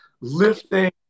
lifting